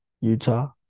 Utah